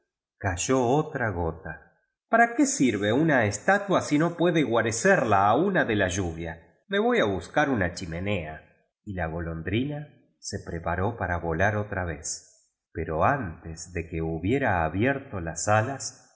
cayó otra gota para qué sirve una estatua si no puede gua recerla a tina de la lluvia me voy a bascar una chi menea y ja golondrina se preparó para volar otra vez pero antes de que hubiera abierto jas alas